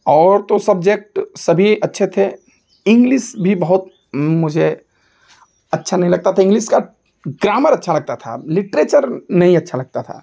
और तो सब्जेक्ट सभी अच्छे थे इंग्लिश भी बहुत मुझे अच्छा नहीं लगता इंग्लिश का ग्रामर अच्छा लगता था लिटलेचर नहीं अच्छा लगता था